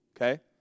okay